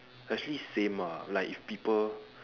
actually same ah like if people